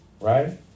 right